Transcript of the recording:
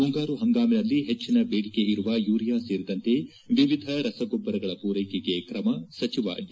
ಮುಂಗಾರು ಹಂಗಾಮಿನಲ್ಲಿ ಹೆಚ್ಚಿನ ಬೇಡಿಕೆ ಇರುವ ಯೂರಿಯಾ ಸೇರಿದಂತೆ ವಿವಿಧ ರಸಗೊಬ್ಲರಗಳ ಪೂರೈಕೆಗೆ ಕೇಂದ್ರದಿಂದ ಕ್ರಮ ಸಚಿವ ಡಿ